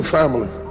family